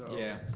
yeah.